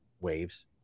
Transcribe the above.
waves